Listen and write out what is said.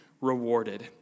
rewarded